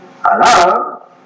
Hello